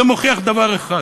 זה מוכיח דבר אחד,